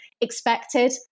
expected